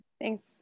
Thanks